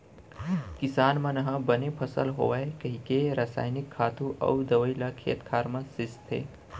किसान मन ह बने फसल होवय कइके रसायनिक खातू अउ दवइ ल खेत खार म छींचथे